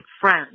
friends